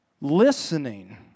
listening